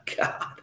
God